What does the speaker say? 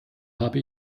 habe